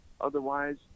Otherwise